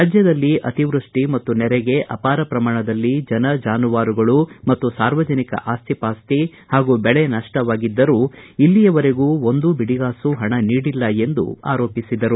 ರಾಜ್ಯದಲ್ಲಿ ಅತಿವೃಷ್ಟಿ ಮತ್ತು ನೆರೆಗೆ ಅಪಾರ ಪ್ರಮಾಣದಲ್ಲಿ ಜನ ಜಾನುವಾರುಗಳು ಮತ್ತು ಸಾರ್ವಜನಿಕ ಅಸ್ತಿ ಪಾಸ್ತಿ ಹಾಗೂ ಬೆಳೆ ನಷ್ಟವಾಗಿದ್ದರೂ ಇಲ್ಲಿಯವರೆಗೂ ಒಂದು ಬಿಡಿಗಾಸೂ ಹಣ ನೀಡಿಲ್ಲ ಎಂದು ಆರೋಪಿಸಿದರು